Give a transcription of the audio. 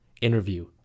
interview